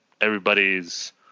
everybody's